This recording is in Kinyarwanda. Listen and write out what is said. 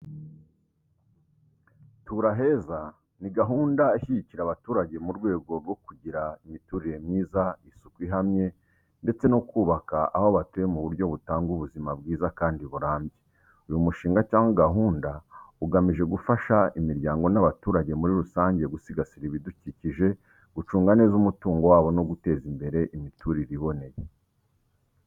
“Tura Heza” ni gahunda ishyigikira abaturage mu rwego rwo kugira imiturire myiza, isuku ihamye, ndetse no kubaka aho batuye mu buryo butanga ubuzima bwiza kandi burambye. Uyu mushinga cyangwa gahunda ugamije gufasha imiryango n’abaturage muri rusange gusigasira ibidukikije, gucunga neza umutungo wabo, no guteza imbere imiturire iboneye.